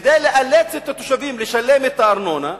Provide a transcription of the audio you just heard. כדי לאלץ את התושבים לשלם את הארנונה,